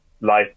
life